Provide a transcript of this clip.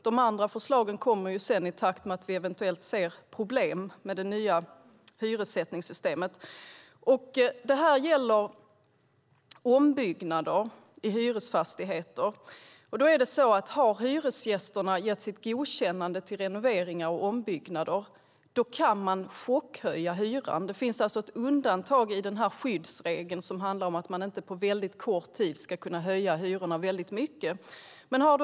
De andra förslagen kommer i takt med att vi eventuellt ser problem med det nya hyressättningssystemet. Det gäller ombyggnader i hyresfastigheter. Har hyresgästerna gett sitt godkännande till renoveringar och ombyggnader kan man chockhöja hyran. Det finns alltså ett undantag i den skyddsregel som handlar om att man inte kan höja hyrorna väldigt mycket på väldigt kort tid.